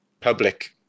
public